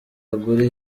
agure